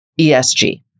ESG